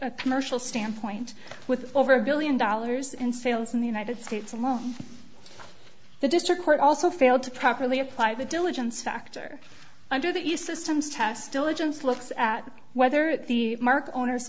a commercial standpoint with over a billion dollars in sales in the united states alone the district court also failed to properly apply the diligence factor under that you systems test diligence looks at whether the market owner